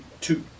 two